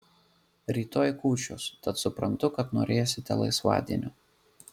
rytoj kūčios tad suprantu kad norėsite laisvadienio